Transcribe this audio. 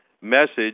message